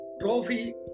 trophy